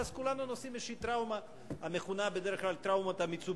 כולנו נושאים איזו טראומה המכונה בדרך כלל "טראומת המיצובישי",